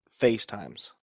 FaceTimes